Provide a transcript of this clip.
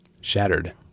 Shattered